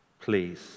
Please